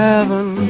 heaven